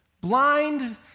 blind